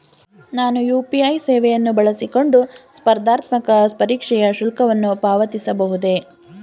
ನಾನು ಯು.ಪಿ.ಐ ಸೇವೆಯನ್ನು ಬಳಸಿಕೊಂಡು ಸ್ಪರ್ಧಾತ್ಮಕ ಪರೀಕ್ಷೆಯ ಶುಲ್ಕವನ್ನು ಪಾವತಿಸಬಹುದೇ?